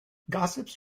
gossips